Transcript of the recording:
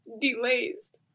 delays